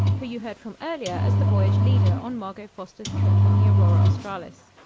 who you heard from earlier as the voyage leader on margot foster's trip on the aurora australis.